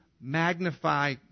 magnify